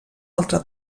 altra